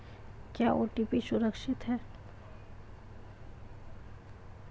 क्या ओ.टी.पी सुरक्षित है?